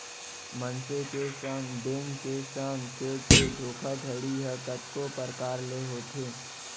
मनसे के संग, बेंक के संग चेक के धोखाघड़ी ह कतको परकार ले होथे